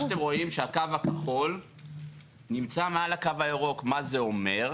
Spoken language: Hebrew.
הקו הכחול נמצא מעל הקו הירוק, מה זה אומר?